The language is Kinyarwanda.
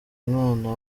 mwana